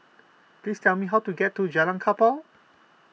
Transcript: please tell me how to get to Jalan Kapal